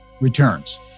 returns